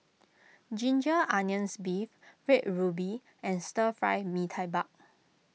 Ginger Onions Beef Red Ruby and Stir Fry Mee Tai Mak